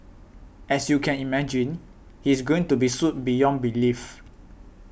as you can imagine he's going to be sued beyond belief